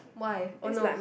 why oh no